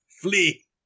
Flee